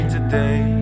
Today